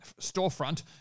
storefront